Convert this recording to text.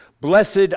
blessed